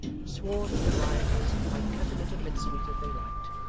swore that the rioters might cut him into mincemeat if they liked,